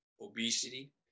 obesity